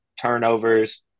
turnovers